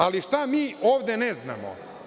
Ali, šta mi ovde ne znamo?